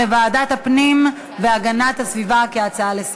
להצעה לסדר-היום ולהעביר את הנושא לוועדת הפנים והגנת הסביבה נתקבלה.